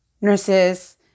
Nurses